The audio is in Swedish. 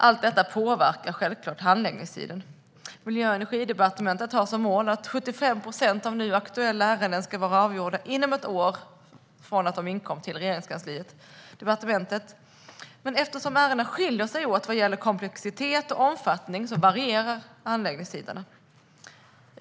Allt detta påverkar självklart handläggningstiden. Miljö och energidepartementet har som mål att 75 procent av nu aktuella ärenden ska vara avgjorda inom ett år från det att de inkom till departementet. Men eftersom ärendena skiljer sig åt vad gäller komplexitet och omfattning varierar handläggningstiderna.